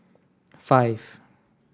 five